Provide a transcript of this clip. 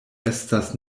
estas